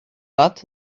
but